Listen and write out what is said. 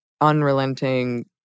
unrelenting